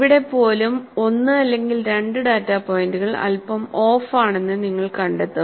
ഇവിടെ പോലും 1 അല്ലെങ്കിൽ 2 ഡാറ്റ പോയിന്റുകൾ അല്പം ഓഫാണെന്ന് നിങ്ങൾ കണ്ടെത്തും